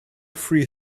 free